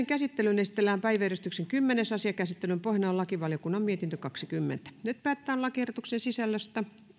käsittelyyn esitellään päiväjärjestyksen kymmenes asia käsittelyn pohjana on lakivaliokunnan mietintö kaksikymmentä nyt päätetään lakiehdotuksen sisällöstä